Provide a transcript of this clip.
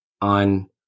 on